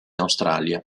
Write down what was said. australia